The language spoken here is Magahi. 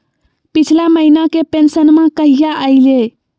पिछला महीना के पेंसनमा कहिया आइले?